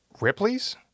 Ripley's